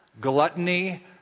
gluttony